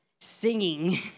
singing